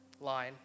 line